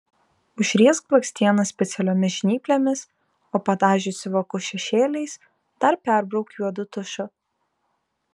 užriesk blakstienas specialiomis žnyplėmis o padažiusi vokus šešėliais dar perbrauk juodu tušu